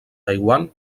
taiwan